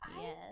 Yes